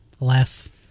Alas